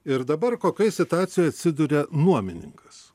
ir dabar kokioj situacijoj atsiduria nuomininkas